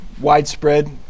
widespread